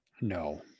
No